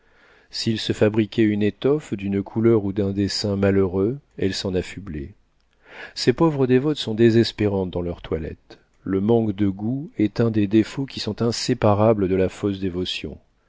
s'il se fabriquait une étoffe d'une couleur ou d'un dessin malheureux elle s'en affublait ces pauvres dévotes sont désespérantes dans leur toilette le manque de goût est un des défauts qui sont inséparables de la fausse dévotion